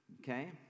okay